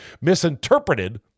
Misinterpreted